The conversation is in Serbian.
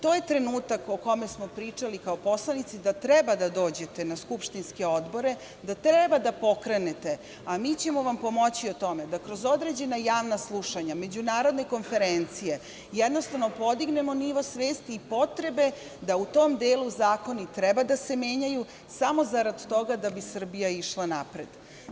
To je trenutak o kome smo pričali kao poslanici, da treba da dođete na skupštinske odbore, da treba da pokrenete, a mi ćemo vam pomoći u tome da kroz određena javna slušanja, međunarodne konferencije, jednostavno, podignemo nivo svesti i potrebe da u tom delu zakoni treba da se menjaju samo zarad toga da bi Srbija išla napred.